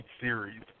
series